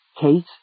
Kate